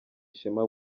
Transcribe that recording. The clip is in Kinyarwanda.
ishema